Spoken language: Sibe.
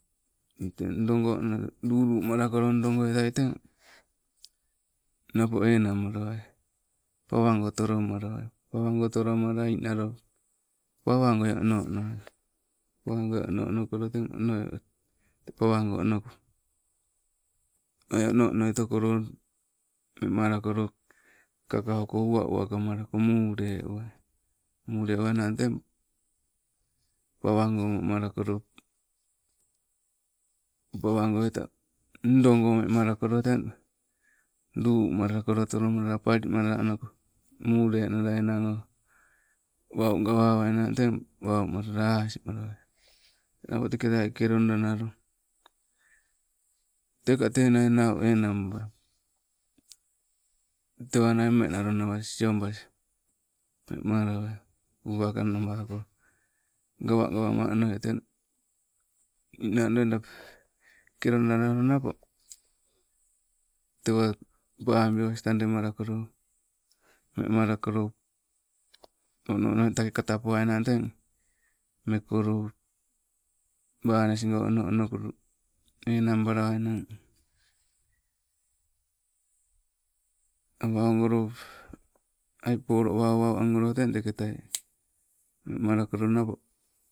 Ndoo go onoi lulumalakolo teng, napo enana malawai, pawango tolomalawai, pawango tolomalala ninalo pawangoi ono ono, pawango ono onokolo teng onoio te, pawango onoko aii, ono onoitokolo wemalakolo kau ko uwa uwakamalako, mule nuwainang teng, puwago momalakolo, pawagoita ndoo goo wemalakolo tang, lumalakolo tolomalala apalimalala nappo mulenala enang oh, wau gawe wainang teng wau malala asmalawai. Napo teke tai kelodanalo teka te tenia nau, tewanai mmeng nalo nawa siobasio wemalala uwakanabako gawa gawama onoi, teng ninau loida keloda nalo napo, tewa pawii owas tademalakolo, wemalakolo ono ono, take kata poainang, teng, mekolo, banes, ono onokolo, enang balawainang amamalop. aii olo wauwau angolo teketai wemalakolo napo